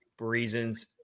reasons